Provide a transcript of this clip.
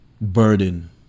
burden